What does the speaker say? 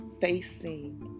facing